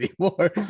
anymore